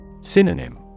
Synonym